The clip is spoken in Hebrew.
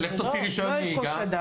לך תוציא רישיון נהיגה,